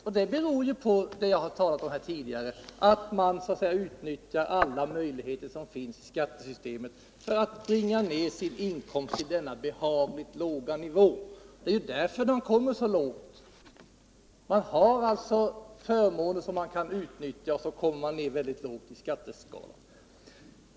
Att inkomsten är så låg för dessa grupper beror på det jag talade om här tidigare, nämligen att de utnyttjar alla möjligheter som finns i skattesystemet för att bringa ner sin inkomst till denna behagligt låga nivå. De har förmåner som de kan utnyttja, och på det sättet kommer de ner väldigt lågt på skatteskalan.